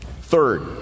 Third